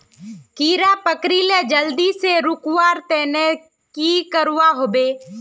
कीड़ा पकरिले जल्दी से रुकवा र तने की करवा होबे?